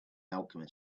alchemist